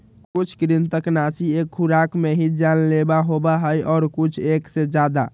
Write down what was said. कुछ कृन्तकनाशी एक खुराक में ही जानलेवा होबा हई और कुछ एक से ज्यादा